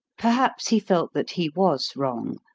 perhaps he felt that he was wrong,